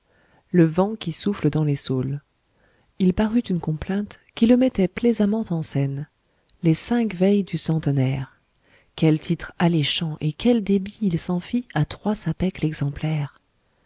le vent qui souffle dans les saules il parut une complainte qui le mettait plaisamment en scène les cinq veilles du centenaire quel titre alléchant et quel débit il s'en fit à trois sapèques l'exemplaire